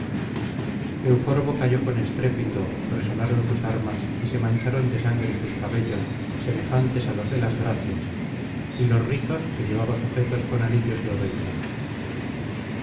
cuello euforbo cayó con estrépito resonaron sus armas y se mancharon de sangre sus cabellos semejantes á los de las gracias y ios rizos que llevaba sujetos con anillos de oro y plata